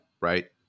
right